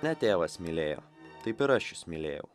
ne tėvas mylėjo taip ir aš jus mylėjau